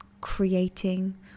creating